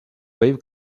wave